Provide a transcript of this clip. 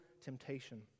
temptation